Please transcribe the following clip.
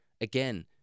again